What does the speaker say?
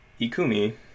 Ikumi